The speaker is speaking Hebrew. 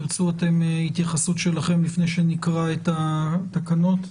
אם תרצו התייחסות לפני שנקרא את התקנות.